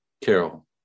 Carol